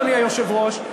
אדוני היושב-ראש,